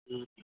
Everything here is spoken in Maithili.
ह्म्म